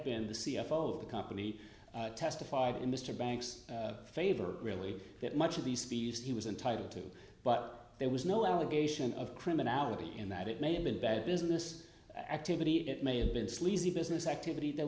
been the c f o of the company testified in mr banks favor really that much of the speech he was entitled to but there was no allegation of criminality in that it may have been bad business activity it may have been sleazy business activity there